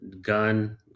gun